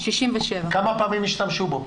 67'. כמה פעמים השתמשו בו?